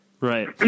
Right